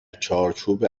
چارچوب